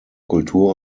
kultur